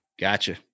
Gotcha